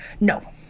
No